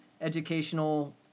educational